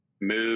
move